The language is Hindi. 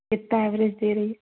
कितना एवरेज दे रही है